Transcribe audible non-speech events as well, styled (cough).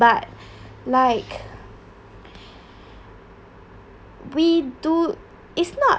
but like (breath) we do it's not